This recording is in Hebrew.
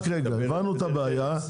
הבנו את הבעיה.